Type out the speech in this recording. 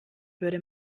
würde